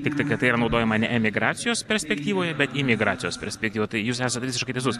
tiktai kad tai yra naudojama ne emigracijos perspektyvoje bet imigracijos perspektyvoj tai jūs esat visiškai teisus